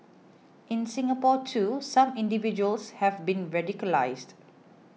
in Singapore too some individuals have been radicalised